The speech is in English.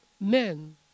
men